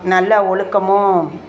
நல்ல ஒழுக்கமும்